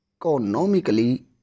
economically